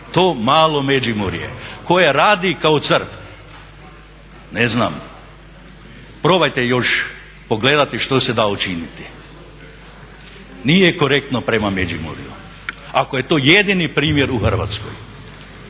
To malo međimurje koje radi kao crv. Ne znam, probajte još pogledati što se da učiniti. Nije korektno prema Međimurju. Ako je to jedini primjer u Hrvatskoj.